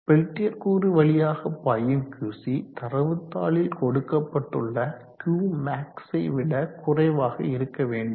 Peltier கூறு வழியாக பாயும் Qc தரவு தாளில் கொடுக்கப்பட்டுள்ள Qmax ஐ விட குறைவாக இருக்க வேண்டும்